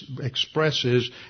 expresses